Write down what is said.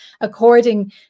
according